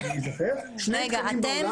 שני תקנים בעולם,